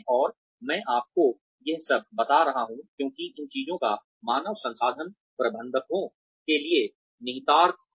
और मैं आपको यह सब बता रहा हूं क्योंकि इन चीजों का मानव संसाधन प्रबंधकों के लिए निहितार्थ है